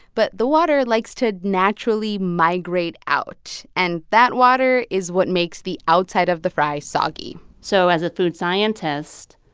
but the water likes to naturally migrate out, and that water is what makes the outside of the fry soggy so as a food scientist,